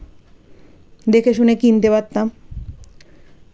দেখে শুনে কিনতে পারতাম